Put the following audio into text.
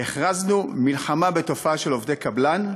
הכרזנו מלחמה בתופעה של עובדי הקבלן,